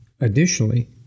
Additionally